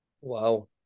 Wow